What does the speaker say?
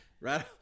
right